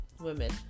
women